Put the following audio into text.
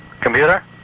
Computer